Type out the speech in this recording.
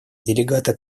делегата